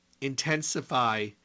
intensify